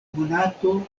monato